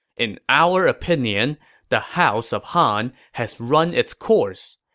in our opinion, the house of han has run its course.